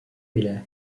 bile